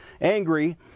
angry